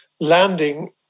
landing